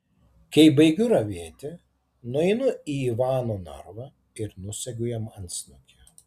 kai baigiu ravėti nueinu į ivano narvą ir nusegu jam antsnukį